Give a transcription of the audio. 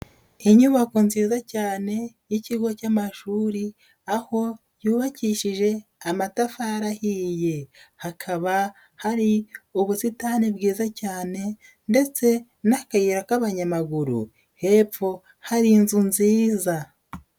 Inyubako nziza cyane y'ikigo cy'amashuri, aho yubakishije amatafari ahiye, hakaba hari ubusitani bwiza cyane ndetse n'akayira k'abanyamaguru, hepfo hari inzu nziza.